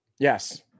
Yes